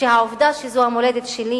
ושהעובדה שזו המולדת שלי